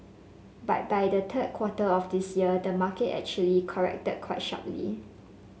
but by the third quarter of this year the market actually corrected quite sharply